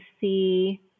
see